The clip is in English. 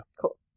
Cool